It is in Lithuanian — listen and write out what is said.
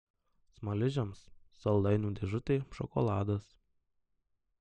smaližiams saldainių dėžutė šokoladas